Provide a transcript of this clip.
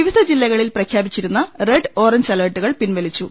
വിവിധ ജില്ലകളിൽ പ്രഖ്യാപിച്ചിരുന്ന റെഡ് ഓറഞ്ച് അലർട്ടുകൾ പിൻവലിച്ചു